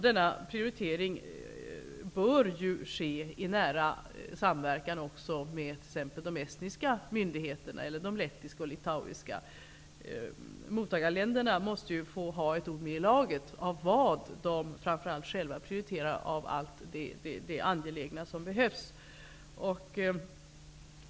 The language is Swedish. Denna prioritering bör ske i nära samverkan också med t.ex. de estniska myndigheterna eller de lettiska och litauiska. Mottagarländerna måste ju få ha ett ord med i laget och tala om vad de själva prioriterar av allt det angelägna som behövs.